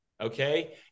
okay